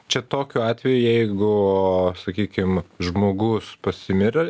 čia tokiu atveju jeigu sakykim žmogus pasimirė